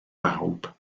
bawb